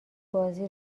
بازی